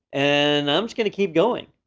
and i'm just gonna keep going,